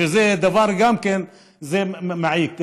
שגם זה דבר מעיק.